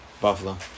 Buffalo